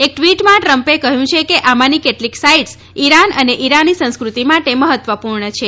એક ટ્વીટમાં ટ્રમ્પે કહ્યું કે આમાંની કેટલીક સાઇટ્સ ઈરાન અને ઇરાની સંસ્ક્રતિ માટે મહત્વપૂર્ણ છે